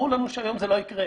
ברור לנו שהיום זה לא יקרה.